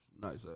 Nice